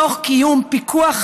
תוך קיום פיקוח,